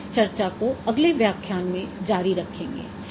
हम इस चर्चा को अगले व्याख्यान में जारी रखेंगे